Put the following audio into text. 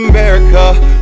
America